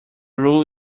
rule